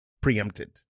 preempted